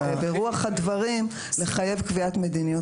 אלא ברוח הדברים לחייב קביעת מדיניות